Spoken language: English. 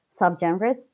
subgenres